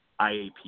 IAP